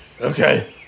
Okay